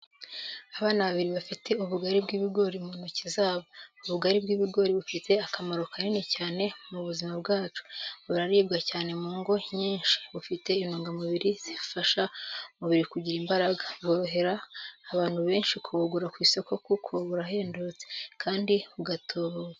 Abana babiri bafite ubugari bw'ibigori mu ntoki zabo. Ubugari bw’ibigori bufite akamaro kanini cyane mu buzima bwacu, buraribwa cyane mu ngo nyinshi, bufite intungamubiri zifasha umubiri kugira imbaraga. Bworohera abantu benshi kubugura ku isoko kuko burahendutse, kandi bugatubuka.